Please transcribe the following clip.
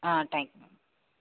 ah thanks ma'am